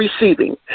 receiving